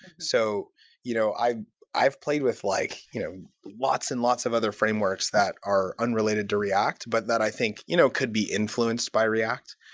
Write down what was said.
so you know i've played with like you know lots and lots of other frameworks that are unrelated to react, but that i think you know could be influenced by react.